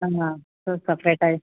ಸಪ್ರೆಟಾಗಿ